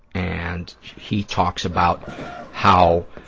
and he talks about how